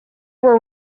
were